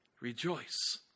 Rejoice